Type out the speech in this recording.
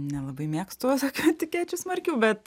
nelabai mėgstu tokių etikečių smarkių bet